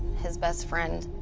his best friend,